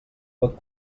pot